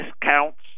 discounts